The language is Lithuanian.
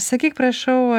sakyk prašau